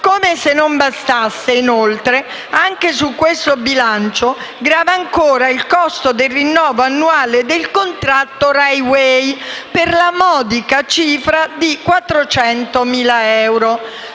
Come se non bastasse, inoltre, anche su questo bilancio grava ancora il costo per il rinnovo annuale del contratto con RAI Way, per la modica cifra di 400.000 euro: